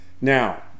Now